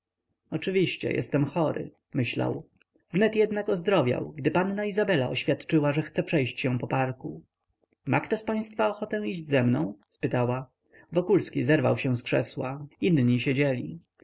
oczywiście jestem chory myślał wnet jednak ozdrowiał gdy panna izabela oświadczyła że chce przejść się po parku ma kto z państwa ochotę iść ze mną spytała wokulski zerwał się z krzesła inni siedzieli